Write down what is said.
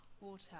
Water